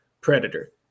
predator